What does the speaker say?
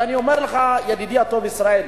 ואני אומר לך, ידידי הטוב ישראל,